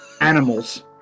animals